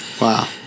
wow